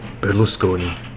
Berlusconi